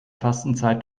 fastenzeit